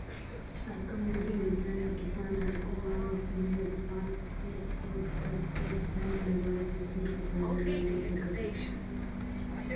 साकम्बरी योजना मे किसान हर कुंवा में सून्य ले पाँच एच.पी तक के पम्प लगवायके छूट के फायदा ला ले सकत है